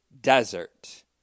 desert